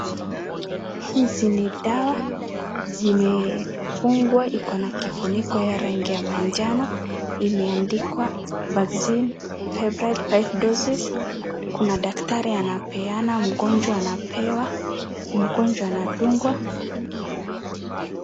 Hizi ni dawa zimefungwa iko na kifuniko ya rangi ya majano. Imeandikwa vaccine febre five doses . Kuna daktari anapeana, mgonjwa anapewa, mgonjwa anadungwa.